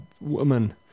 woman